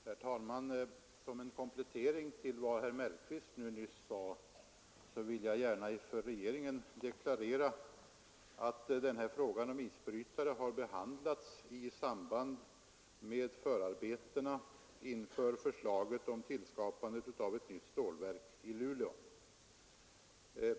Herr talman! Som en komplettering till vad herr Mellqvist nyss sade vill jag gärna för regeringens del deklarera att denna fråga om isbrytare har behandlats i samband med förarbetena inför förslaget om skapandet av ett nytt stålverk i Luleå.